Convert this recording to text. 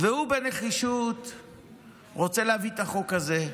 והוא בנחישות רוצה להביא את החוק הזה,